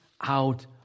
out